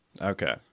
Okay